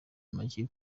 make